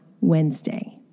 Wednesday